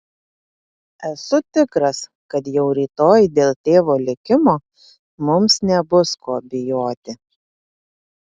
esu tikras kad jau rytoj dėl tėvo likimo mums nebus ko bijoti